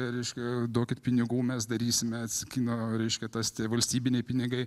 reiškia duokit pinigų mes darysim mes kino reiškia tas tie valstybiniai pinigai